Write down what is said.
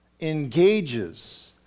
engages